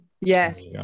Yes